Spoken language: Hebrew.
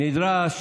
נדרש